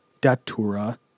Datura